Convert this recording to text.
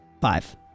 Five